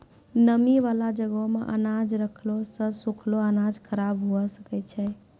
नमी बाला जगहो मे अनाज रखला से सुखलो अनाज खराब हुए सकै छै